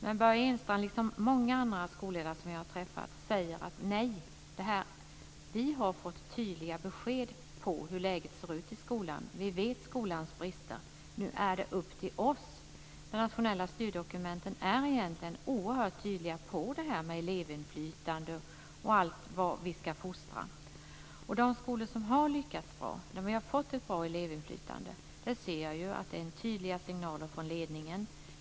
Men Börje Ehrstrand, liksom många andra skolledare som jag har träffat, sade att vi har fått tydliga besked om hur läget ser ut i skolan. Vi känner till skolans brister. Nu är det upp till oss. De nationella styrdokumenten är egentligen oerhört tydliga när det gäller detta med elevinflytande och fostran. I de skolor som har lyckats bra med elevinflytandet har det varit tydliga signaler från ledningen.